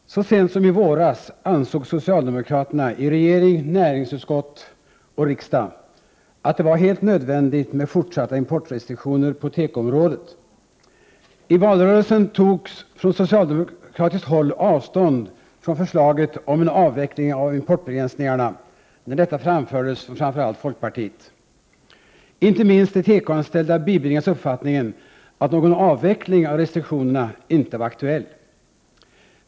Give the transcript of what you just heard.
Herr talman! Så sent som i våras ansåg socialdemokraterna i regering, näringsutskott och kammare att det var helt nödvändigt med fortsatta importrestriktioner på tekoområdet. I valrörelsen togs från socialdemokratiskt håll avstånd från förslaget om en avveckling av importbegränsningarna, när detta framfördes från främst folkpartiet. Inte minst de tekoanställda bibringades uppfattningen att någon avveckling av restriktionerna inte var aktuell.